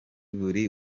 buri